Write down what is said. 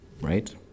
Right